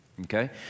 okay